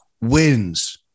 wins